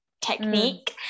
Technique